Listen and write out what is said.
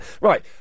Right